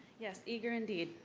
yes, eager indeed.